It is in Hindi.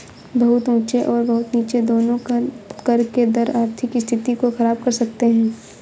बहुत ऊँचे और बहुत नीचे दोनों कर के दर आर्थिक स्थिति को ख़राब कर सकते हैं